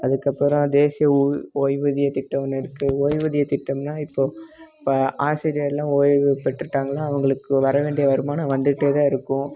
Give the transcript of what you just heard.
அதுக்கப்புறம் தேசிய உள் ஓய்வூதியம் திட்டம் ஒன்று இருக்குது ஓய்வூதியம் திட்டம்னா இப்போ இப்போ ஆசிரியரெல்லாம் ஓய்வு பெற்றுகிட்டாங்கன்னா அவங்களுக்கு வர வேண்டிய வருமானம் வந்துக்கிட்டு தான் இருக்கும்